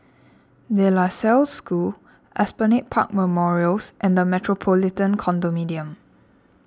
De La Salle School Esplanade Park Memorials and the Metropolitan Condominium